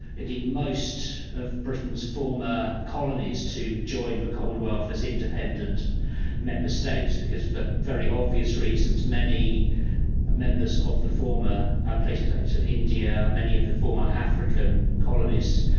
indeed most of britain's former colonies to join the commonwealth as independent member states because, for very obvious reasons, many members of the former places like so india, many of the former african colonies,